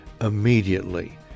immediately